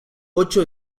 ocho